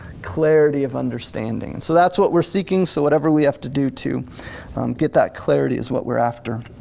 clarity of understanding. and so that's what we're seeking so whatever we have to do to get that clarity is what we're after.